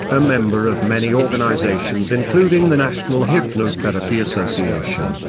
a member of many organizations including the national hypnotherapy association,